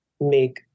make